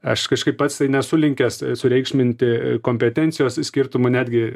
aš kažkaip pats tai nesu linkęs sureikšminti kompetencijos skirtumų netgi